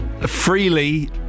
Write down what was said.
freely